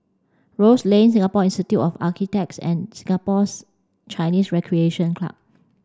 Rose Lane Singapore Institute of Architects and Singapores Chinese Recreation Club